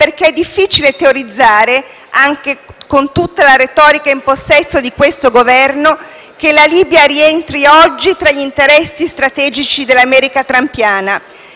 perché è difficile teorizzare, anche con tutta la retorica in possesso di questo Governo, che la Libia rientri oggi tra gli interessi strategici dell'America trumpiana.